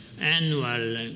annual